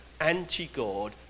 anti-god